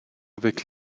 avec